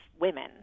women